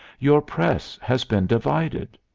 your press has been divided.